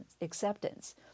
acceptance